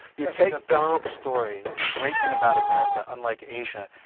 you and take the basic story, the great thing about america unlike asia,